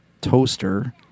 toaster